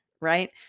right